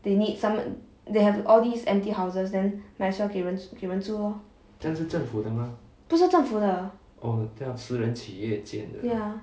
they need some~ they have all these empty houses then might as well 给人住 lor 不是政府的 ya